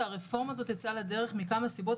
שהרפורמה הזאת יצאה לדרך מכמה סיבות,